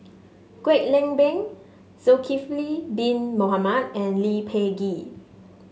Kwek Leng Beng Zulkifli Bin Mohamed and Lee Peh Gee